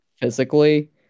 physically